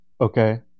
Okay